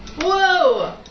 Whoa